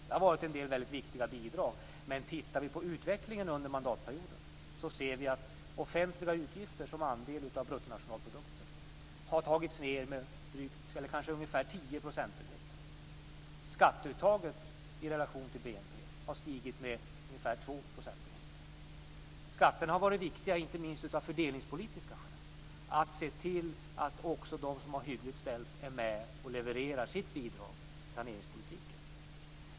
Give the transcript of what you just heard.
Det har funnits en del viktiga bidrag, men om vi tittar på utvecklingen under mandatperioden ser vi att de offentliga utgifternas andel av bruttonationalprodukten har tagits ned med ungefär har stigit med ungefär 2 procentenheter. Skatterna har varit viktiga inte minst av fördelningspolitiska skäl - när det gäller att se till att också de som har hyggligt ställt är med och levererar sitt bidrag till saneringspolitiken.